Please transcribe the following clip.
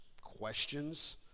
questions